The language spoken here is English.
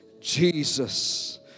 Jesus